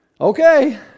Okay